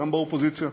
גם באופוזיציה,